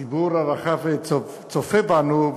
הציבור הרחב צופה בנו,